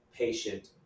patient